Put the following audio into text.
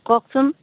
কওকচোন